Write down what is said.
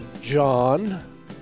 John